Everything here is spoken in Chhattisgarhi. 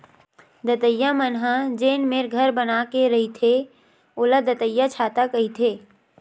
दतइया मन ह जेन मेर घर बना के रहिथे ओला दतइयाछाता कहिथे